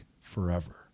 forever